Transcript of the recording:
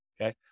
Okay